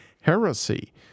heresy